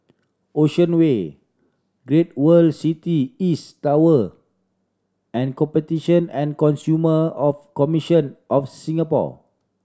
Ocean Way Great World City East Tower and Competition and Consumer of Commission of Singapore